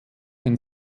den